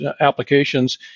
applications